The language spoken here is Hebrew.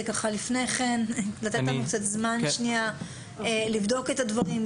ככה לפני כן לתת לנו קצת זמן שנייה לבדוק את הדברים,